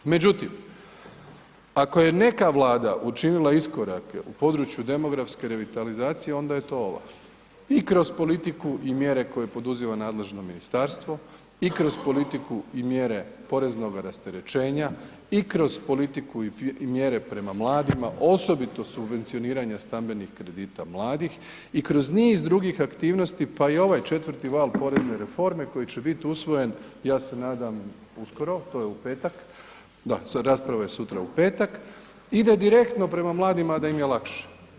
Međutim, ako je neka vlada učinila iskorake u području demografske revitalizacije onda je to ova i kroz politiku i mjere koje poduzima nadležno ministarstvo i kroz politiku i mjere poreznoga rasterećenja i kroz politiku i mjere prema mladima osobito subvencioniranja stambenih kredita mladih i kroz niz drugih aktivnosti, pa i ovaj četvrti val porezne reforme koji će biti usvojen ja se nadam uskoro, to je u petak, da, rasprava je sutra, u petak, ide direktno prema mladima da im je lakše.